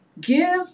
Give